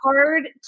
hard